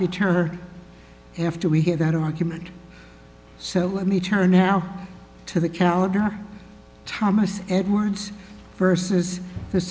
or after we hear that argument so let me turn now to the calendar thomas edwards versus the